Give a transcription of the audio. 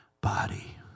body